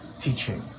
teaching